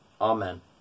Amen